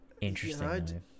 Interesting